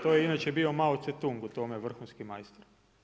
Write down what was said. To je inače bio Mao Ce-tung u tome vrhunski majstor.